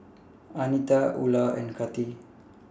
Anita Ula and Kati